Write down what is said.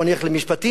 או נלך למשפטים,